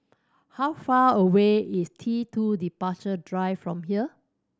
how far away is T Two Departure Drive from here